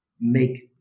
make